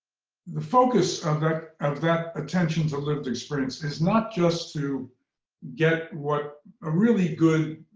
the focus of that of that attention to lived experience is not just to get what a really good